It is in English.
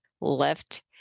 left